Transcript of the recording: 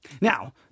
Now